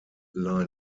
line